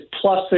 plus